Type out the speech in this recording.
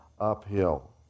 uphill